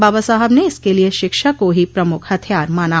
बाबा साहब ने इसके लिये शिक्षा को ही प्रमुख हथियार माना